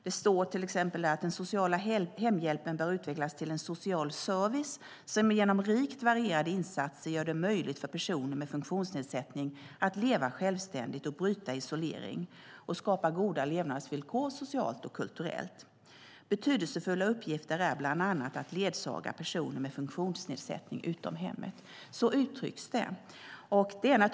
Det står till exempel: Den sociala hemhjälpen bör utvecklas till en social service som genom rikt varierade insatser gör det möjligt för personer med funktionsnedsättning att leva självständigt och bryta isolering och skapar goda levnadsvillkor socialt och kulturellt. Betydelsefulla uppgifter är bland annat att ledsaga personer med funktionsnedsättning utom hemmet. Så uttrycks det.